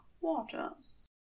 waters